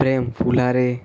Prem Phulare